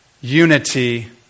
unity